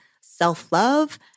self-love